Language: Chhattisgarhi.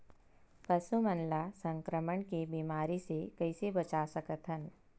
पशु मन ला संक्रमण के बीमारी से कइसे बचा सकथन?